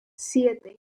siete